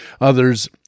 others